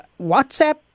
WhatsApp